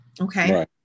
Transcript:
Okay